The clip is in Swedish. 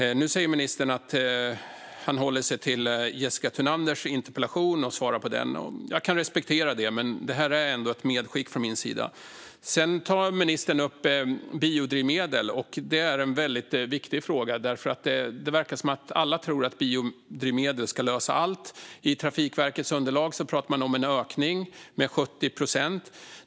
Ministern säger nu att han håller sig till att svara på Jessica Thunanders interpellation. Jag kan respektera det. Detta var dock ett medskick från min sida. Ministern tar upp biodrivmedel, som är en väldigt viktig fråga. Det verkar som att alla tror att biodrivmedel ska lösa allt. I Trafikverkets underlag pratar man om en ökning på 70 procent.